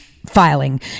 filing